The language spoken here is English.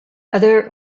other